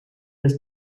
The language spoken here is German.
des